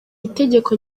itegeko